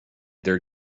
their